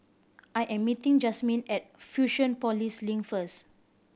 I am meeting Jazmin at Fusionopolis Link first